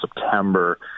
September